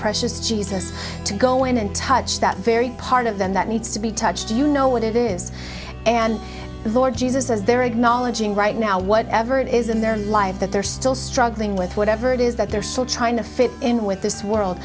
precious jesus to go in and touch that very part of them that needs to be touched you know what it is and the lord jesus as their acknowledging right now whatever it is in their life that they're still struggling with whatever it is that they're still trying to fit in with this world